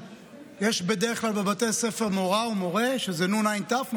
יש בדרך כלל בבתי הספר מורה או מורה שזה נע"ת שלהם,